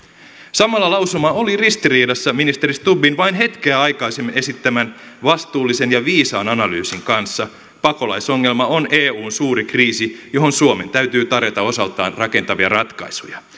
samalla lausuma oli ristiriidassa ministeri stubbin vain hetkeä aikaisemmin esittämän vastuullisen ja viisaan analyysin kanssa pakolaisongelma on eun suuri kriisi johon suomen täytyy tarjota osaltaan rakentavia ratkaisuja